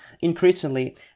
increasingly